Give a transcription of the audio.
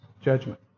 judgment